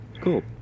Cool